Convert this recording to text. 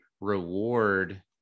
reward